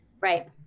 right